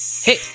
Hey